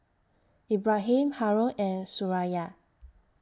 Ibrahim Haron and Suraya